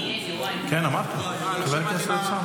אה, לא שמעתי מה